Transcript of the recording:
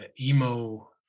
emo